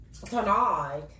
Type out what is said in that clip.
Tonight